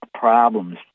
Problems